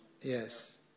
Yes